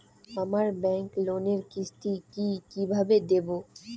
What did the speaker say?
আমার ব্যাংক লোনের কিস্তি কি কিভাবে দেবো?